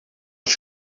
als